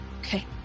Okay